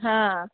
हां